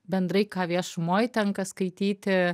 bendrai ką viešumoj tenka skaityti